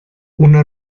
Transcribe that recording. una